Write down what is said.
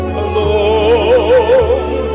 alone